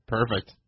Perfect